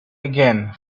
again